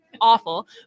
awful